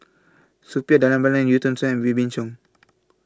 Suppiah Dhanabalan EU Tong Sen and Wee Beng Chong